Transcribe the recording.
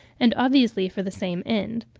and obviously for the same end.